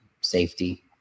safety